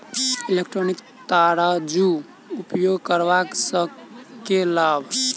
Electronic तराजू उपयोग करबा सऽ केँ लाभ?